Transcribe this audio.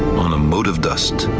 on a mote of dust,